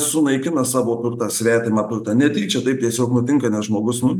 sunaikina savo turtą svetimą turtą netyčia taip tiesiog nutinka nes žmogus